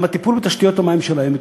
גם יש טיפול בתשתיות המים שלהם.